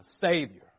savior